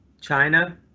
China